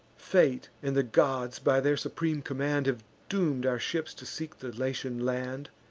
fate and the gods, by their supreme command, have doom'd our ships to seek the latian land.